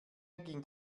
ging